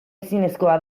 ezinezkoa